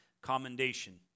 commendation